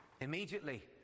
immediately